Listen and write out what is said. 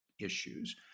issues